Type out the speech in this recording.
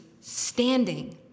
standing